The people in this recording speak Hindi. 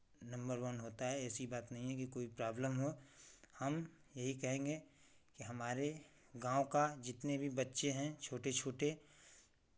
नंबर वन होता है ऐसी बात नहीं है कि कोई प्रॉब्लम हो हम यही कहेंगे कि हमारे गाँव का जितने भी बच्चे हैं छोटे छोटे